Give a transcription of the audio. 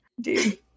Dude